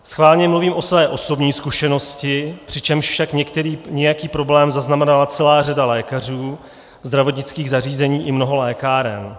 Schválně mluvím o své osobní zkušenosti, přičemž však nějaký problém zaznamenala celá řada lékařů, zdravotnických zařízení i mnoho lékáren.